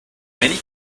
many